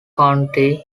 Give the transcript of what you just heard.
county